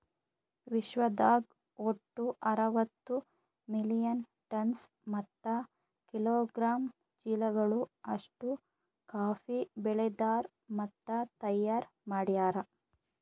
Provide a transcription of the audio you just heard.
ವಿಶ್ವದಾಗ್ ಒಟ್ಟು ಅರವತ್ತು ಮಿಲಿಯನ್ ಟನ್ಸ್ ಮತ್ತ ಕಿಲೋಗ್ರಾಮ್ ಚೀಲಗಳು ಅಷ್ಟು ಕಾಫಿ ಬೆಳದಾರ್ ಮತ್ತ ತೈಯಾರ್ ಮಾಡ್ಯಾರ